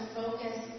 focus